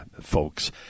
folks